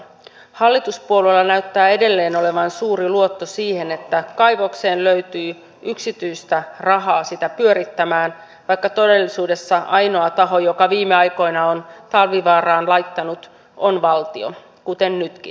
hallituspuolueilla näyttää edelleen olevan suuri luotto siihen että kaivokseen löytyy yksityistä rahaa sitä pyörittämään vaikka todellisuudessa ainoa taho joka viime aikoina on talvivaaraan laittanut on valtio kuten nytkin